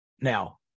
Now